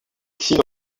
cils